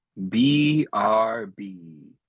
brb